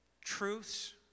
truths